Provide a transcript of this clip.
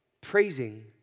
praising